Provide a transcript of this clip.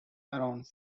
around